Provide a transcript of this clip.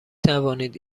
توانید